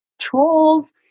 trolls